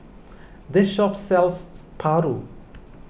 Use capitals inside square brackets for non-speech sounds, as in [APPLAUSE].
this shop sells [UNINTELLIGIBLE] Paru